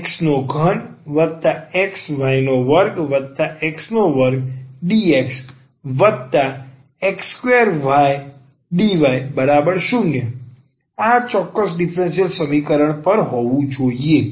x3xy2x2dxx2ydy0 આ ચોક્કસ differential સમીકરણ પર હોવું જોઈએ